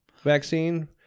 vaccine